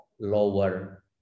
lower